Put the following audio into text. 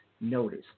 notice